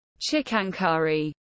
Chikankari